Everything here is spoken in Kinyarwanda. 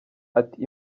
ati